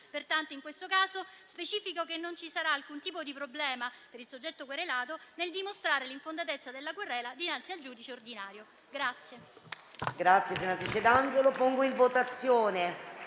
pertanto che in questo caso non ci sarà alcun tipo di problema per il soggetto querelato nel dimostrare l'infondatezza della querela dinanzi al giudice ordinario.